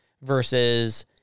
versus